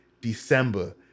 December